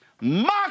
Mock